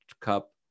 cup